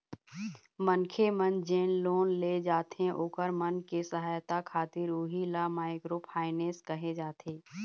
मनखे मन जेन लोन दे जाथे ओखर मन के सहायता खातिर उही ल माइक्रो फायनेंस कहे जाथे